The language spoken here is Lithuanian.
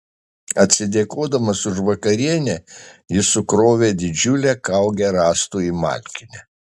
atsidėkodamas už vakarienę jis sukrovė didžiulę kaugę rąstų į malkinę